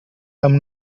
amb